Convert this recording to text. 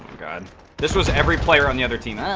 god this was every player on the other team